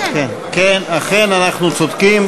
אכן, אנחנו צודקים.